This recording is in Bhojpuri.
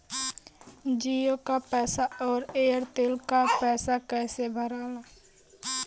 जीओ का पैसा और एयर तेलका पैसा कैसे भराला?